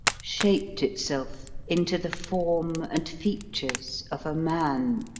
shaped itself into the form and features of a man,